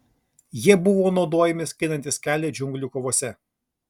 jie buvo naudojami skinantis kelią džiunglių kovose